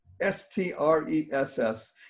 S-T-R-E-S-S